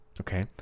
Okay